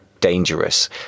dangerous